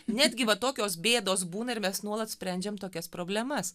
netgi va tokios bėdos būna ir mes nuolat sprendžiam tokias problemas